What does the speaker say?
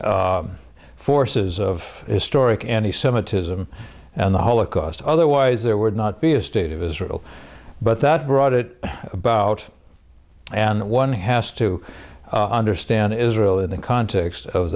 and forces of historic any semitism and the holocaust otherwise there would not be a state of israel but that brought it about and one has to understand israel in the context of